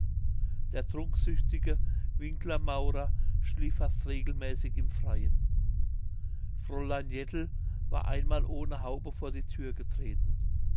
der trunksüchtige winkler maurer schlief fast regelmäßig im freien fräulein jettel war einmal ohne haube vor die tür getreten